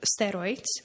steroids